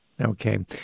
Okay